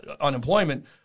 unemployment